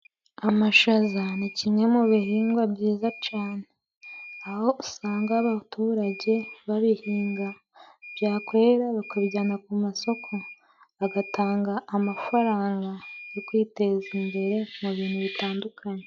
Amashaza ni kimwe mu bihingwa byiza cane, aho usanga abaturage babihinga byakwera bakabijyana ku masoko agatanga amafaranga, yokwiteza imbere mu bintu bitandukanye.